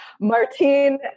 Martine